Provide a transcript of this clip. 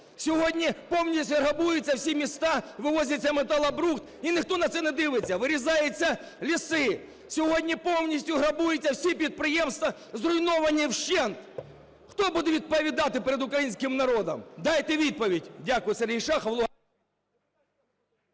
сьогодні повністю грабуються всі міста, вивозиться металобрухт - і ніхто на це не дивиться. Вирізаються ліси, сьогодні повністю грабуються всі підприємства, зруйновані вщент. Хто буде відповідати перед українським народом? Дайте відповідь. Дякую. Сергій Шахов,